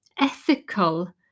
ethical